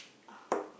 oh okay